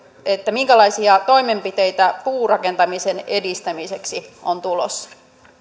minkälaisia toimenpiteitä puurakentamisen edistämiseksi on tulossa